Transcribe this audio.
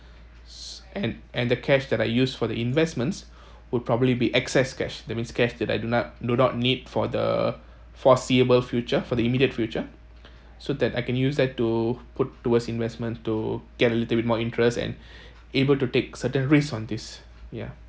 s~ and and the cash that I use for the investments would probably be excess cash that means cash that I do not do not need for the foreseeable future for the immediate future so that I can use that to put towards investment to get a little bit more interest and able to take certain risk on this ya